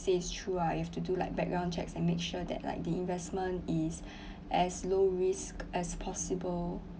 says is true lah you've to do like background checks and make sure that like the investment is as low risk as possible